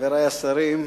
חברי השרים,